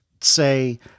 say